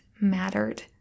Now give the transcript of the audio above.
mattered